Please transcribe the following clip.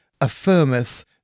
affirmeth